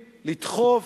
לדחוף,